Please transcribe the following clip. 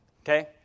okay